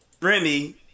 Remy